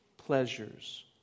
Pleasures